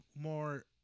more